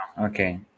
okay